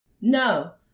No